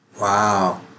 Wow